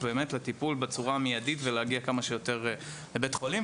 לטיפול בצורה מידית ולהגיע כמה שיותר מהר לבית חולים,